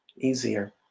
easier